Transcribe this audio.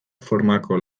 formako